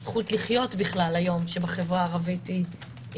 על הזכות בכלל לחיות שבחברה הערבית היא תלויה